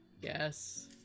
yes